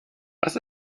was